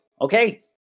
okay